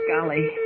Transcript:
Golly